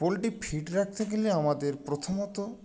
poultry fit রাখতে গেলে আমাদের প্রথমত